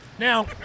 Now